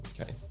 okay